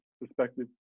perspective